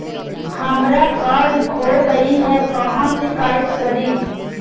हमरा कार्ड खो गई है, कहाँ शिकायत करी?